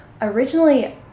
Originally